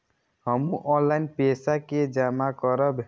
हमू ऑनलाईनपेसा के जमा करब?